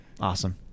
Awesome